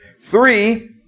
Three